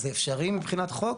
זה אפשרי מבחינת חוק.